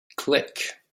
click